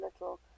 little